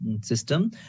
system